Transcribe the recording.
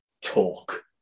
talk